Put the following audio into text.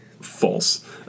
false